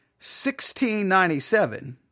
1697